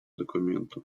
документу